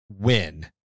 win